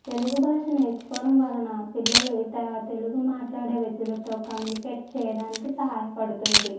తెలుగు భాష నేర్చుకోవడం వలన పిల్లలు ఇతర తెలుగు మాట్లాడే వ్యక్తులతో కమ్యూనికేట్ చేయడానికి సహాయపడుతుంది